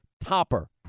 topper